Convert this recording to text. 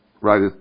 right